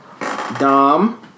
Dom